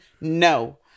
no